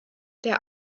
der